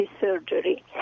surgery